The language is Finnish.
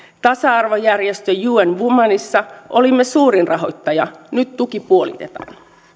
tasa arvojärjestö un womenissa olimme suurin rahoittaja nyt tuki puolitetaan